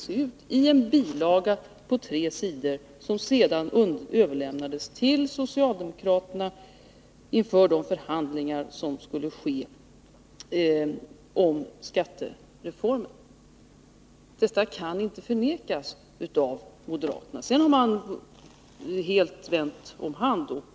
Det var en bilaga på tre sidor, som senare överlämnades till socialdemokraterna inför de förhandlingar som skulle ske om skattereformen. Detta faktum kan inte förnekas av moderaterna. De har emellertid vänt, som man vänder om en hand.